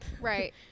Right